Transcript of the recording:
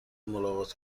ملاقات